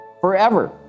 forever